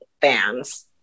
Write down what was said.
fans